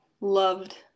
loved